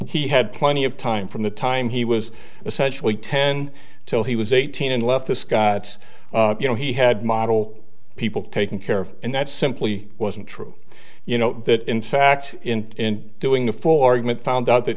he had plenty of time from the time he was essentially ten till he was eighteen and left the scots you know he had model people taking care of and that simply wasn't true you know that in fact in doing before get found out that